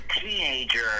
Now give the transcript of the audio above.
teenager